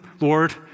Lord